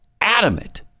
adamant